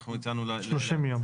אנחנו הצענו ל-30 יום,